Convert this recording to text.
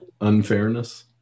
Unfairness